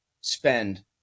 spend